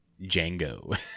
Django